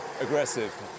aggressive